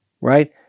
right